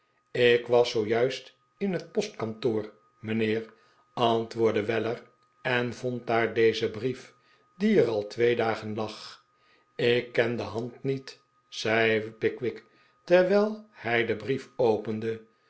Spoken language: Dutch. ik was zoo juist in net postkantoor mijnheer antwoordde weller en vond daar dezen brief die er al twee dagen lag ik ken de hand niet zei pickwick terwijl hij den brief opende